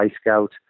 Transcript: Scout